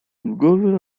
ulgowy